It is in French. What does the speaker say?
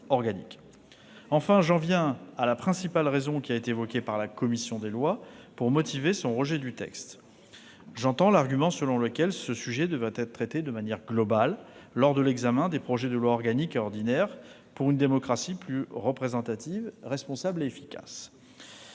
Enfin, j'en viens à la raison principale qui a été évoquée par la commission des lois pour motiver son rejet du texte. J'entends l'argument selon lequel ce sujet devrait être traité de manière globale, lors de l'examen des projets de loi organique et ordinaire pour une démocratie plus représentative, responsable et efficace.